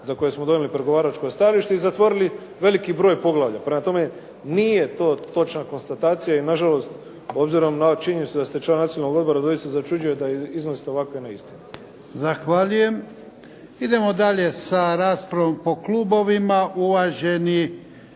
za koje smo donijeli pregovaračko stajalište i zatvorili veliki broj poglavlja. Prema tome, nije to točna konstatacija i nažalost, obzirom na ovu činjenicu da ste član Nacionalnog odbora, doista začuđuje da iznosite ovakve neistine.